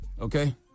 okay